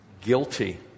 guilty